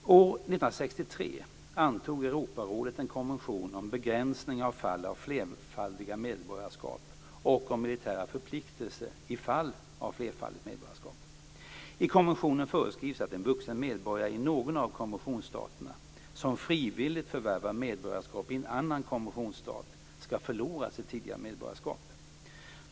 År 1963 antog Europarådet en konvention om begränsning av fall av flerfaldiga medborgarskap och om militära förpliktelser i fall av flerfaldigt medborgarskap. I konventionen föreskrivs att en vuxen medborgare i någon av konventionsstaterna, som frivilligt förvärvar medborgarskap i en annan konventionsstat, skall förlora sitt tidigare medborgarskap.